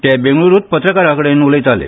ते बंगळुरूंत पत्रकारां कडेन उलयताले